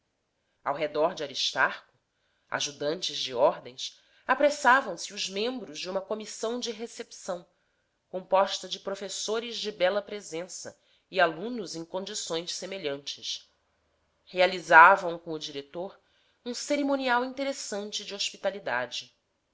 ao redor de aristarco ajudantes de ordens apressavam se os membros de uma comissão de recepção composta de professores de bela presença e alunos em condições semelhantes realizavam com o diretor um cerimonial interessante de hospitalidade